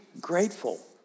grateful